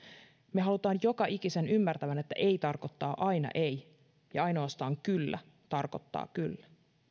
me haluamme joka ikisen ymmärtävän että ei tarkoittaa aina ei ja ainoastaan kyllä tarkoittaa kyllä